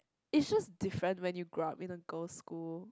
it's just different when you grow up in a girl's school